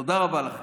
תודה רבה לכם.